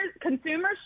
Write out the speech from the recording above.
consumers